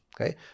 okay